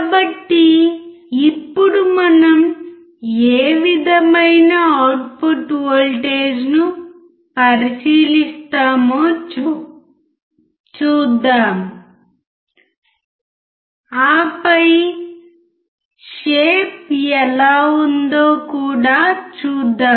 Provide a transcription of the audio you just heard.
కాబట్టి ఇప్పుడు మనం ఏ విధమైన అవుట్పుట్ వోల్టేజ్ ను పరిశీలిస్తామో చూద్దాం ఆపై షేప్ ఎలా ఉందో కూడా చూద్దాం